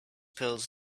pills